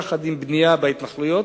יחד עם בנייה בהתנחלויות,